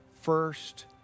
first